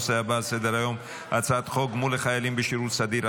נעבור לנושא הבא על סדר-היום: הצעת חוק גמול לחיילים בשירות סדיר,